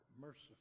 merciful